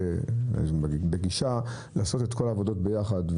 בגישה לעשות את כל העבודות ביחד,